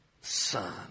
Son